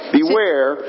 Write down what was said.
Beware